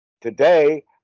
Today